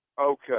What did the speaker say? Okay